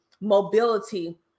Mobility